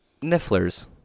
nifflers